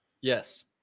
Yes